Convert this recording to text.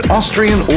Austrian